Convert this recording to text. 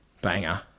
banger